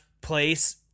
place